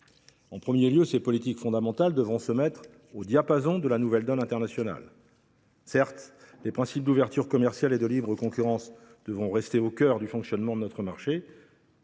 En premier lieu, ses politiques fondamentales devront se mettre au diapason de la nouvelle donne internationale. Certes, les principes d’ouverture commerciale et de libre concurrence devront rester au cœur du fonctionnement de notre marché.